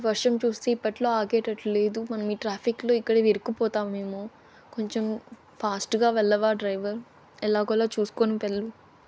వర్షం చూస్తే ఇప్పట్లో ఆగేటట్టు లేదు మనం ఈ ట్రాఫిక్లో ఇక్కడ విరుక్కుపోతామేమో కొంచెం ఫాస్ట్గా వెళ్ళవా డ్రైవర్ ఎలాగోలా చూసుకోని వెళ్ళూ